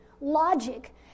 logic